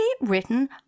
written